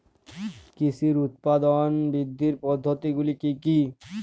কৃষির উৎপাদন বৃদ্ধির পদ্ধতিগুলি কী কী?